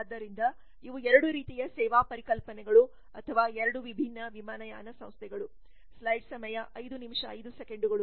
ಆದ್ದರಿಂದ ಇವು 2 ರೀತಿಯ ಸೇವಾ ಪರಿಕಲ್ಪನೆಗಳು ಅಥವಾ 2 ವಿಭಿನ್ನ ವಿಮಾನಯಾನ ಸಂಸ್ಥೆಗಳು